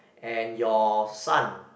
and your son